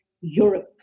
Europe